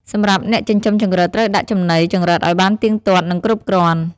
សម្រាប់អ្នកចិញ្ចឹមចង្រិតត្រូវដាក់ចំណីចង្រិតឲ្យបានទៀងទាត់ និងគ្រប់គ្រាន់។